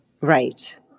Right